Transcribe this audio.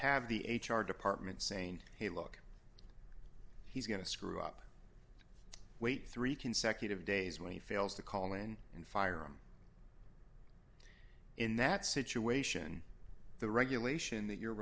have the h r department saying hey look he's going to screw up wait three consecutive days when he fails to call in and firearm in that situation the regulation that you're